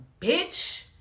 Bitch